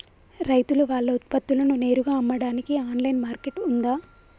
రైతులు వాళ్ల ఉత్పత్తులను నేరుగా అమ్మడానికి ఆన్లైన్ మార్కెట్ ఉందా?